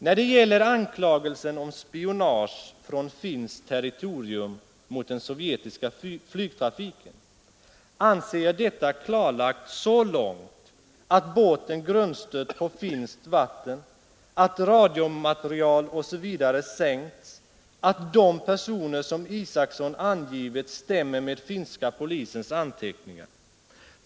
När det gäller anklagelsen om spionage från finskt territorium mot den sovjetiska flygtrafiken anser jag detta klarlagt så långt att båten grundstött på finskt vatten, att radiomateriel osv. sänkts, att de personer som Isacson angivit stämmer med finska polisens anteckningar.